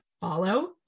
Follow